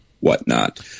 whatnot